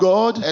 God